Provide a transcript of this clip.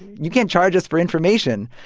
you can't charge us for information.